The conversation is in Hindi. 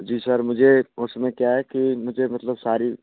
जी सर मुझे उसमें क्या है कि मुझे मतलब सारी